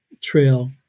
Trail